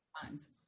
Times